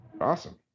Awesome